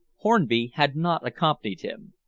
hornby had not accompanied him.